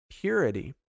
purity